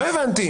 לא הבנתי.